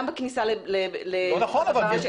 לא נכון.